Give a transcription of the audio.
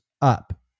up